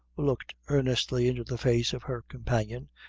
looked earnestly into the face of her companion,